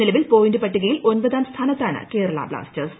നിലവിൽ പോയിന്റ് പട്ടികയിൽ ഒമ്പതാം സ്ഥാനത്താണ് കേരള ബ്ലാസ്റ്റേഴ്സ്